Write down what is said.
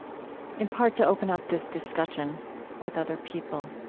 in part, to open up this discussion with other people.